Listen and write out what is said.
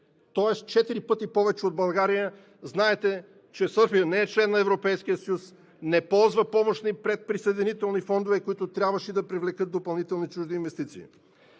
четири пъти повече от България. Знаете, че Сърбия не е член на Европейския съюз, не ползва помощни предприсъединителни фондове, които трябваше да привлекат допълнителни чужди инвестиции.